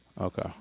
Okay